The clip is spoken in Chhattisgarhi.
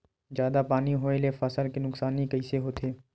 जादा पानी होए ले फसल के नुकसानी कइसे होथे?